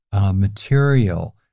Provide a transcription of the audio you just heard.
material